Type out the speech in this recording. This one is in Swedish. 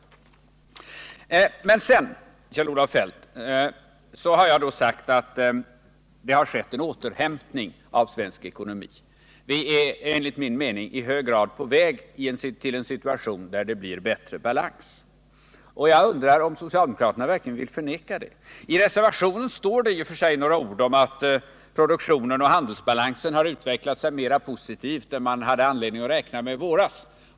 Jag har sagt, Kjell-Olof Feldt, att det har skett en återhämtning i den svenska ekonomin. Vi är enligt min mening i hög grad på väg till en situation, där det blir bättre balans. Jag undrar om socialdemokraterna verkligen vill förneka detta. I reservationen står det i och för sig några ord om att produktionen och handelsbalansen har utvecklat sig mera positivt än man hade anledning att räkna med i våras.